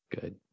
good